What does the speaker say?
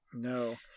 No